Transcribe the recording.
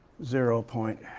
zero point